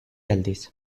aldiz